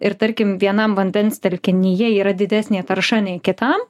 ir tarkim vienam vandens telkinyje yra didesnė tarša nei kitam